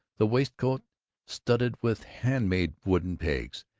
the wainscot studded with handmade wooden pegs,